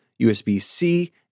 USB-C